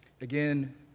Again